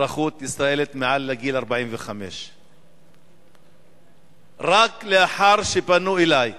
אזרחות ישראלית מעל גיל 45. רק לאחר שפנו אלי,